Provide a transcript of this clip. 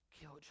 killed